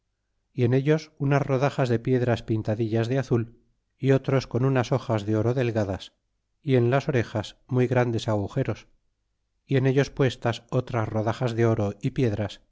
y en ellos unas rodajas de piedras pintadillas de azul y otros con unas hojas de oro delgadas y en as orejas muy grandes agujeros y en ellos puestas otras rodajas de oro y piedras